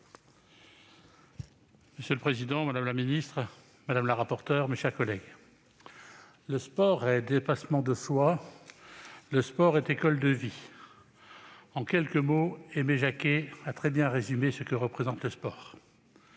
Monsieur le président, madame la ministre, mes chers collègues :« Le sport est dépassement de soi. Le sport est école de vie. » En quelques mots, Aimé Jacquet a très bien résumé ce que représente le sport.